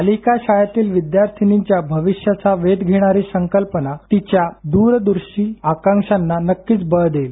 पालिका शाळेतील विद्यार्थिनींच्या भविष्याचा वेध घेणारी संकल्पना तिच्या दूरदर्शी आकांक्षांना नक्कीच बळ देईल